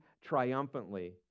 triumphantly